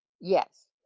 Yes